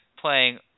playing